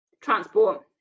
transport